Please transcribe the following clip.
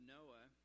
Noah